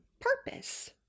purpose